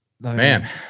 Man